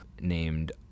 named